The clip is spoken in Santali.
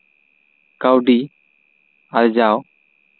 ᱠᱟᱹᱣᱰᱤ ᱟᱨᱡᱟᱣ